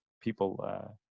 people